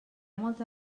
molta